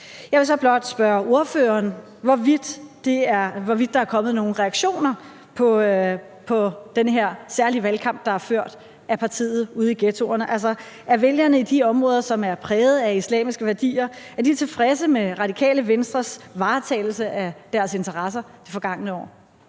Jeg vil så blot spørge ordføreren, hvorvidt der er kommet nogen reaktioner på den her særlige valgkamp, der er ført fra partiets side ude i ghettoerne. Altså, er vælgerne i de områder, som er præget af islamiske værdier, tilfredse med Radikale Venstres varetagelse af deres interesser i det forgangne år?